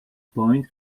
point